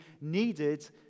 needed